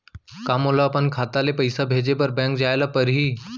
का मोला अपन खाता ले पइसा भेजे बर बैंक जाय ल परही?